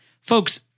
Folks